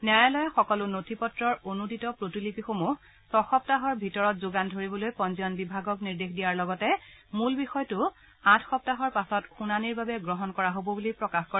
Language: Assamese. ন্যায়ালয়ে সকলো নথি পত্ৰৰ অনুদিত প্ৰতিলিপিসমূহ ছসপ্তাহৰ ভিতৰত যোগান ধৰিবলৈ পঞ্জীয়ন বিভাগক নিৰ্দেশ দিয়াৰ লগতে মূল বিষয়টো আঠ সপ্তাহৰ পাছত শুনানীৰ বাবে গ্ৰহণ কৰা হ'ব বুলি প্ৰকাশ কৰে